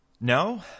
No